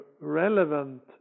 relevant